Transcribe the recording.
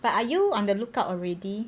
but are you on the look out already